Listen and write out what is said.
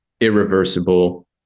irreversible